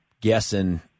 guessing